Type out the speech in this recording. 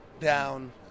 down